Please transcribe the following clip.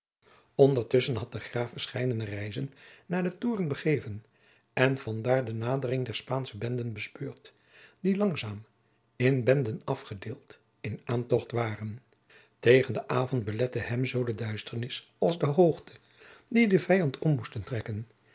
ondertusschen had zich de graaf verscheidene reizen naar den toren begeven en vandaar de nadering der spaansche benden bespeurd die langzaam in benden afgedeeld in aantocht waren tegen den avond belette hem zoo de duisternis als de hoogte die de vijand om moest trekken